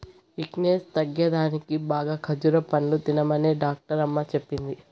weakness తగ్గేదానికి బాగా ఖజ్జూర పండ్లు తినమనే డాక్టరమ్మ చెప్పింది